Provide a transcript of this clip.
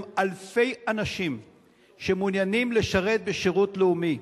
אלפי אנשים שמעוניינים לשרת בשירות לאומי,